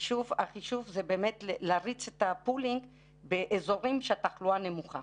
החישוב זה באמת להריץ את הפולינג באזורים שהתחלואה נמוכה